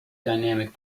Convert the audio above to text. dynamic